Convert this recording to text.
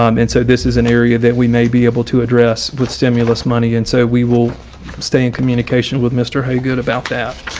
um and so this is an area that we may be able to address with stimulus money. and so we will stay in communication with mr haygood about that.